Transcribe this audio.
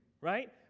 right